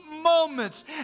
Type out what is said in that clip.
moments